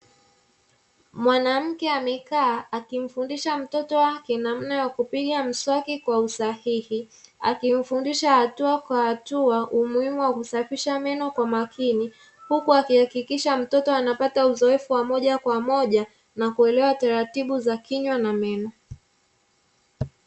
Mwanamke amekaa akimfundisha mtoto wake namna ya kupiga mswaki kwa usahihi, akimfundisha hatua kwa hatua umuhimu wa kusafisha meno kwa makini huku akihakikisha mtoto anapata uzoefu wa moja kwa moja na kuelewa taratibu za kinywa na meno.